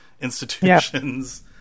institutions